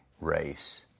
race